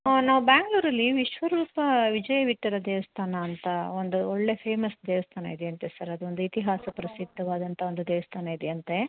ಹಾಂ ನಾವು ಬ್ಯಾಂಗ್ಲೂರಲ್ಲಿ ವಿಶ್ವರೂಪ ವಿಜಯ ವಿಠ್ಠಲ ದೇವಸ್ತಾನ ಅಂತ ಒಂದು ಒಳ್ಳೆ ಫೇಮಸ್ ದೇವಸ್ತಾನ ಇದೆಯಂತೆ ಸರ್ ಅದೊಂದು ಇತಿಹಾಸ ಪ್ರಸಿದ್ದವಾದಂಥ ಒಂದು ದೇವಸ್ತಾನ ಇದೆಯಂತೆ